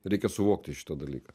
reikia suvokti šitą dalyką